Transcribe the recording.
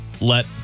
let